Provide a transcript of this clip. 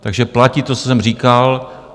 Takže platí to, co jsem říkal.